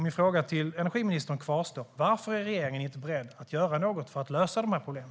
Min fråga till energiministern kvarstår: Varför är regeringen inte beredd att göra något för att lösa de här problemen?